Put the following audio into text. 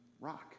rock